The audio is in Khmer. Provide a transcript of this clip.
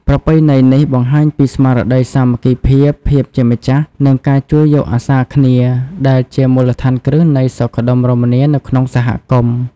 ប្រពៃណីនេះបង្ហាញពីស្មារតីសាមគ្គីភាព ភាពជាម្ចាស់ និងការជួយយកអាសារគ្នា ដែលជាមូលដ្ឋានគ្រឹះនៃសុខដុមរមនានៅក្នុងសហគមន៍។